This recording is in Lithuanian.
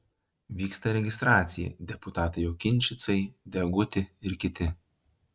vyksta registracija deputatai okinčicai deguti ir kiti